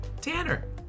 Tanner